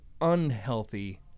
unhealthy